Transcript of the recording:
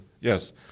Yes